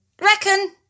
Reckon